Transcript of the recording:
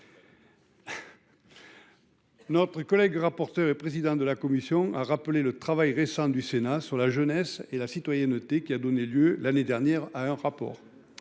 Notre collègue rapporteur et président de la commission, a rappelé le travail récent du Sénat sur la jeunesse et la citoyenneté qui a donné lieu l'année dernière à un rapport